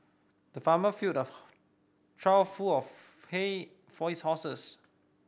the farmer filled a trough full of hay for his horses